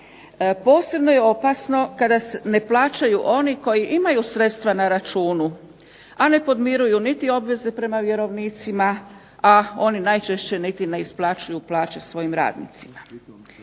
Posebno je opasno kada ne plaćaju oni koji imaju sredstva na računu, a ne podmiruju niti obveze prema vjerovnicima, a oni najčešće niti ne isplaćuju plaće svojim radnicima.